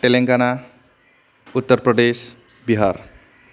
Telangana Uttar Pradesh Bihar